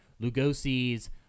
Lugosi's